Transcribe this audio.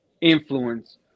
influence